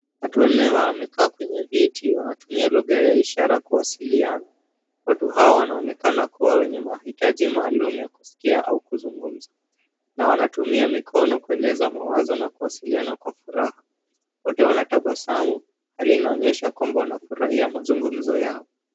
Watu wanne wamekaa kwenye viti wanatumia lugha ya ishara kuwasiliana. Watu hawa wanaonekana kuwa wenye mahitaji maalum ya kusikia au kuzungumza. Na wanatumia mikono kueleza mawazo na kuwasiliana kwa furaha. Wote wanatabasamu, hali inaonyesha kwamba wanafurahia mazungumzo yao.